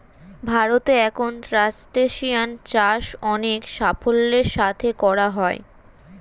ভারতে এখন ক্রাসটেসিয়ান চাষ অনেক সাফল্যের সাথে করা হয়